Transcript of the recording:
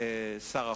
שר החוץ,